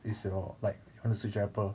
it's you know like wanna to chapel